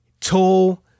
tall